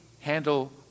handle